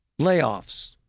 layoffs